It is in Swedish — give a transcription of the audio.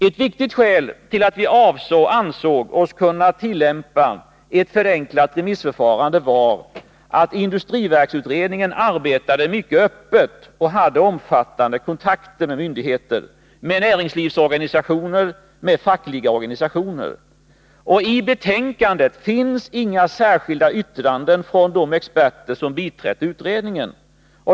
Ett viktigt skäl till att vi ansåg oss kunna tillämpa ett förenklat remissförfarande var att industriverksutredningen arbetade mycket öppet och hade omfattande kontakter med myndigheter, näringslivsorganisationer och fackliga organisationer. I betänkandet finns inga särskilda yttranden från de experter som biträtt utredningen.